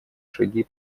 шаги